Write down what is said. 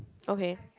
okay